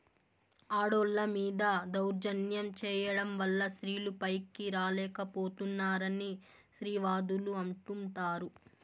ఆడోళ్ళ మీద దౌర్జన్యం చేయడం వల్ల స్త్రీలు పైకి రాలేక పోతున్నారని స్త్రీవాదులు అంటుంటారు